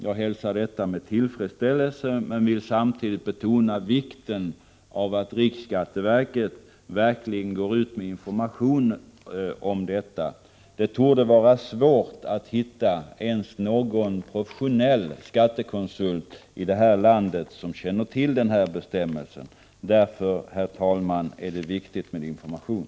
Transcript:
Jag hälsar det med tillfredsställelse men vill samtidigt betona vikten av att riksskatteverket verkligen ger ut information om detta. Det torde vara svårt att hitta ens någon professionell skattekonsult i detta land som känner till den här bestämmelsen. Därför, herr talman, är det viktigt med information.